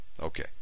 Okay